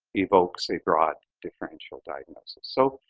evokes a broad differential diagnosis. so,